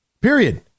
Period